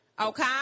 Okay